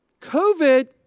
COVID